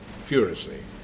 furiously